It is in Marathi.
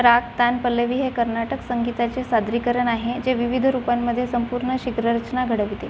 राग तान पल्लवी हे कर्नाटक संगीताचे सादरीकरण आहे जे विविध रूपांमध्ये संपूर्ण शीघ्ररचना घडविते